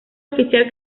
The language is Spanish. oficial